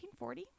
1940